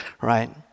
right